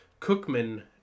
Cookman